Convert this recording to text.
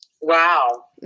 Wow